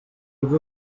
rwe